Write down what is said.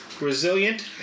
resilient